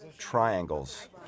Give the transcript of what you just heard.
Triangles